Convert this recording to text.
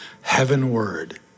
heavenward